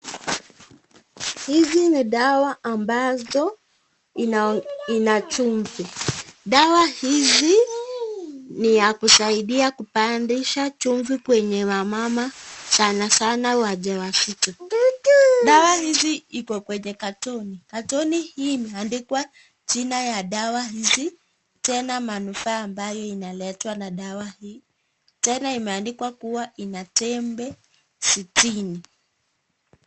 Hizi ni dawa ambazo inachumvi. Dawa hizi ni ya kusaidia kupandisha chumvi kwenye wamama sanasana wajawazito. Dawa hizi ziko kwenye katoni. Katoni hii imeandikwa jina ya dawa hizi tena manufaa amabayo inaletwa na dawa hii. Tena imeandikwa kuwa ina tembe sitini.